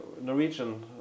Norwegian